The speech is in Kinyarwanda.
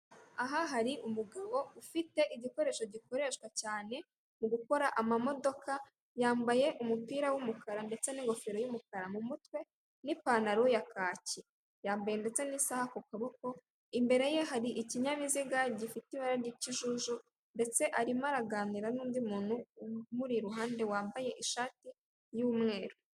Aha hari umugabo ufite igikoresho gikoreshwa cyane mugukora amamodoka, yambaye umupira w'umukara ndetse n'ingofero y'umukara mu mutwe, n'ipantaro ya kaki, yambaye ndetse n'isaha ku kaboko, imbere ye hari ikinyabiziga gifite ibara ry'ikijuju, ndetse arimo araganira n'undi muntu umuri iruhande wambaye ishati y'umweru.